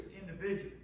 individuals